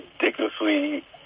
ridiculously